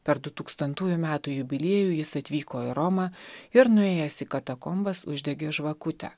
per du tūkstantųjų metų jubiliejų jis atvyko į romą ir nuėjęs į katakombas uždegė žvakutę